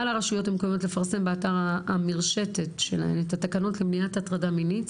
על הרשויות המקומיות לפרסם באתר המרשתת את התקנות למניעת הטרדה מינית.